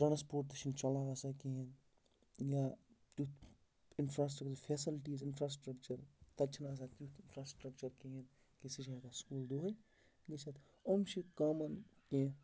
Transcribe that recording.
transport تہِ چھِنہٕ چَلان آسان کِہیٖنۍ یا تیُٚتھ اِنفرٛاسٹرٛکچَر فیسَلٹیٖز اِنفرٛاسٹرٛکچَر تَتہِ چھِنہٕ آسان تیُٚتھ کانٛہہ سٹرٛکچَر کِہیٖنۍ کہِ سُہ چھِنہٕ ہٮ۪کان سکوٗل دوٗرۍ گٔژھِتھ یِم چھِ کامَن کینٛہہ